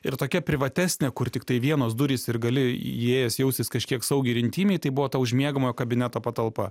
ir tokia privatesnė kur tiktai vienos durys ir gali įėjęs jaustis kažkiek saugiai ir intymiai tai buvo ta už miegamojo kabineto patalpa